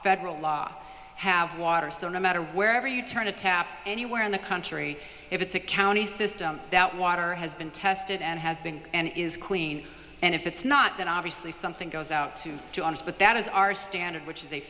federal law have water so no matter where you turn a tap anywhere in the country if it's a county system that water has been tested and has been and is clean and if it's not then obviously something goes out to us but that is our standard which is a